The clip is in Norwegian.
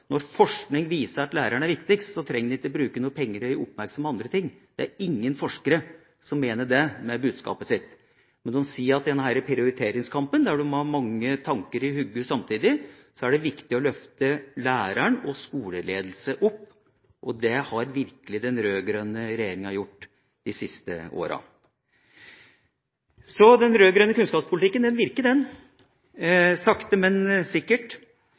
når forskning viser at læreren er viktigst, trenger vi ikke bruke noen penger eller oppmerksomhet på andre ting. Det er ingen forskere som mener det med budskapet sitt, men de sier at i denne prioriteringskampen, der de må ha mange tanker i hodet samtidig, er det viktig å løfte læreren og skoleledelsen opp, og det har virkelig den rød-grønne regjeringa gjort de siste åra. Så den rød-grønne kunnskapspolitikken virker, den, sakte men sikkert.